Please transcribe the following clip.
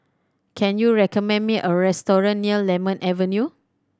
can you recommend me a restaurant near Lemon Avenue